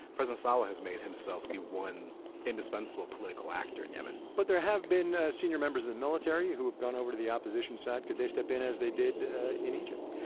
president saleh has made himself the one indispensable political actor in yemen but there have been senior members in the military who have gone over to the opposition side. could they step in as they did ah in egypt?